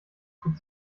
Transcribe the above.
tut